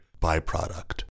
byproduct